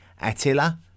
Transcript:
Attila